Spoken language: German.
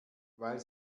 weil